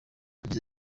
yagize